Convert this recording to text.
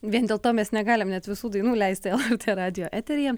vien dėl to mes negalim net visų dainų leisti lrt radijo eteryje